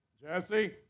Jesse